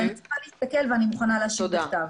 אני צריכה להסתכל ואני מוכנה להשיב בכתב.